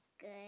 Good